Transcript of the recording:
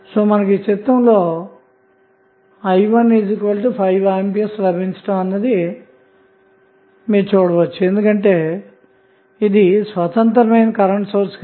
మీరు చిత్రంలో i 1 5A లభించుట మీరు చుడవచ్చు ఎందుకంటే ఇది స్వతంత్రమైన కరెంటు సోర్స్ గనక